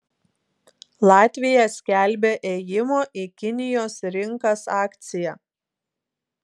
latvija skelbia ėjimo į kinijos rinkas akciją